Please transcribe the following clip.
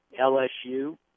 LSU